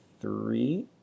three